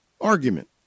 argument